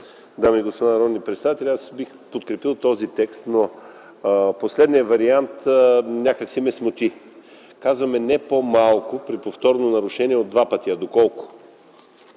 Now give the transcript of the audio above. дами и господа народни представители! Аз бих подкрепил този текст, но последният вариант някак си ме смути. Казваме: не по-малко при повторно нарушение от два пъти. А до колко?